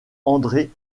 andré